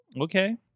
okay